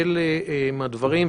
אלה הם הדברים.